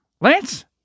Lance